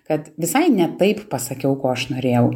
kad visai ne taip pasakiau ko aš norėjau